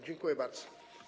Dziękuję bardzo.